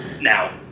now